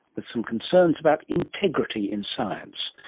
with some concerns about integrity in science.